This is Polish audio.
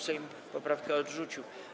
Sejm poprawkę odrzucił.